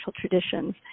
traditions